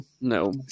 no